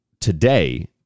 today